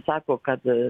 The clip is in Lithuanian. sako kad